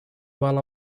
while